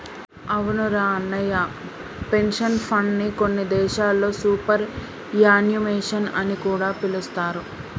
అవునురా అన్నయ్య పెన్షన్ ఫండ్ని కొన్ని దేశాల్లో సూపర్ యాన్యుమేషన్ అని కూడా పిలుస్తారు